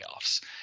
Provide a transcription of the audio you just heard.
playoffs